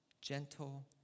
Gentle